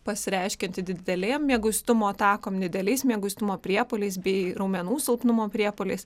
pasireiškianti didelėm mieguistumo atakom dideliais mieguistumo priepuoliais bei raumenų silpnumo priepuoliais